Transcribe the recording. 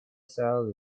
soil